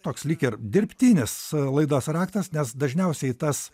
toks lyg ir dirbtinis laidos raktas nes dažniausiai tas